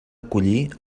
acollir